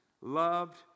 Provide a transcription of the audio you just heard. loved